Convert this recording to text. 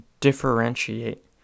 differentiate